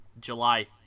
July